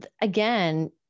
again